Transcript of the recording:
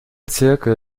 zirkel